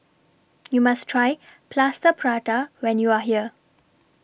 YOU must Try Plaster Prata when YOU Are here